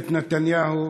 ממשלת נתניהו,